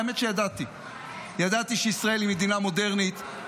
האמת שידעתי שישראל היא מדינה מודרנית,